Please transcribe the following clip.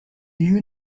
you